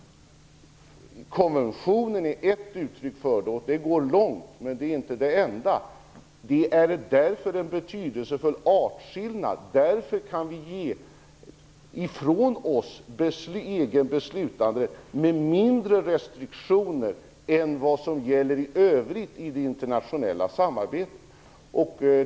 Konventionen är ett uttryck för detta. Den går långt men är inte den enda. Det är därför en betydelsefull artskillnad. Därför kan vi ge ifrån oss egen beslutanderätt med mindre restriktioner än vad som gäller i övrigt i det internationella samarbetet.